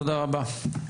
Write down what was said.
תודה רבה.